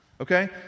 Okay